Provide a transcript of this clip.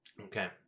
Okay